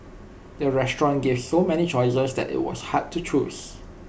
the restaurant gave so many choices that IT was hard to choose